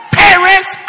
parents